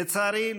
לצערי,